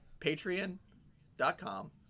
Patreon.com